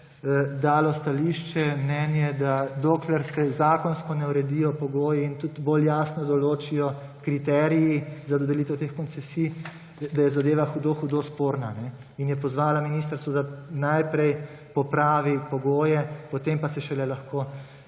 dalo stališče, mnenje, da dokler se zakonsko ne uredijo pogoji in tudi bolj jasno določijo kriteriji za dodelitev teh koncesij, da je zadeva hudo hudo sporna. Pozvalo je ministrstvo, da najprej popravi pogoje, potem pa se šele lahko